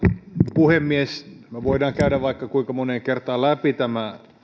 puhemies me voimme käydä vaikka kuinka moneen kertaan läpi